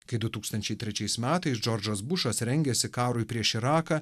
kai du tūkstančiai trečiais metais džordžas bušas rengėsi karui prieš iraką